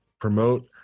promote